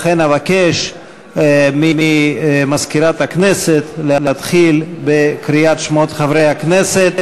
לכן אבקש ממזכירת הכנסת להתחיל בקריאת שמות חברי הכנסת.